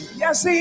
yes